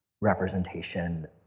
representation